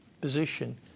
position